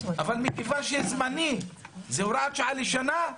אבל מכיוון שזאת הוראת שעה לשנה,